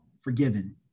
forgiven